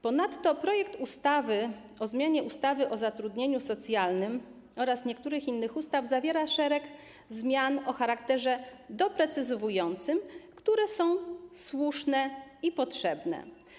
Ponadto projekt ustawy o zmianie ustawy o zatrudnieniu socjalnym oraz niektórych innych ustaw zawiera szereg zmian o charakterze doprecyzowującym, które są słuszne i potrzebne.